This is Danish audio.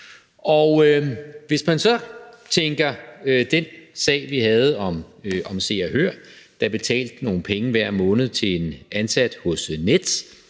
Hvis man så tænker, at den sag, vi havde om Se og Hør, der betalte nogle penge hver måned til en ansat hos Nets